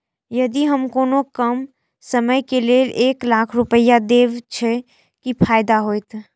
यदि हम कोनो कम समय के लेल एक लाख रुपए देब छै कि फायदा होयत?